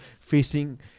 facing